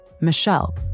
Michelle